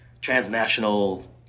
transnational